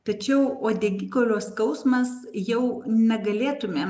tačiau uodegikaulio skausmas jau negalėtumėm